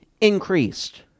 increased